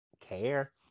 care